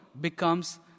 becomes